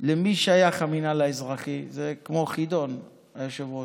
למי שייך המינהל האזרחי, זה כמו חידון, היושב-ראש.